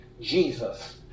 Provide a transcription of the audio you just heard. Jesus